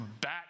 back